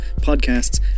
podcasts